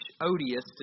odious